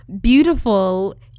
beautiful